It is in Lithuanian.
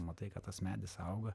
matai kad tas medis auga